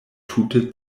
tute